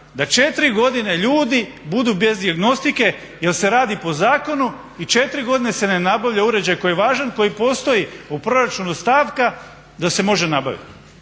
da četiri godine ljudi budu bez dijagnostike jer se radi po zakonu i četiri godine se ne nabavlja uređaj koji je važan, koji postoji u proračunu stavka da se može nabaviti.